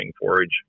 forage